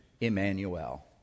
Emmanuel